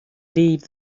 leave